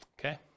okay